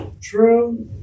true